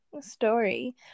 story